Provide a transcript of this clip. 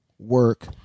work